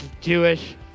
Jewish